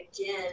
again